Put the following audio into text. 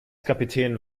kapitän